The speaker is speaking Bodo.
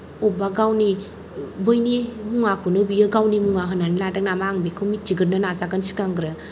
अब्बा गावनि बैनि मुवानिखौनो बियो गावनि मुवा होननानै लादों नामा आं बेखौ मिथिगोरनो नाजागोन सिगांग्रो